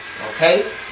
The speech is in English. Okay